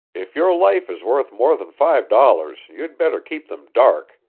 if your life is worth more than five dollars, you'd better keep them dark,